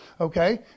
okay